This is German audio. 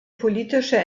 politische